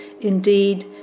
Indeed